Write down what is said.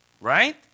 right